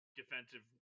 defensive